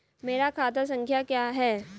मेरा खाता संख्या क्या है?